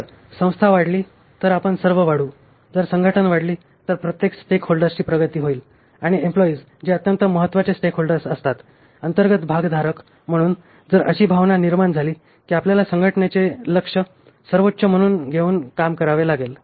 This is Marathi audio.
जर संस्था वाढली तर आपण सर्व वाढू जर संघटना वाढली तर प्रत्येक स्टेकहोल्डर्सची प्रगती होईल आणि एम्प्लॉईज जे अत्यंत महत्त्वाचे स्टेकहोल्डर असतात अंतर्गत भागधारक म्हणून जर अशी भावना निर्माण झाली की आपल्याला संघटनेचे लक्ष्य सर्वोच्च म्हणून घेऊन काम करावे लागेल